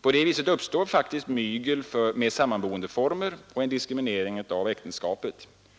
På det viset uppstår faktiskt mygel med sammanboendeformer och en diskriminering av äktenskapet.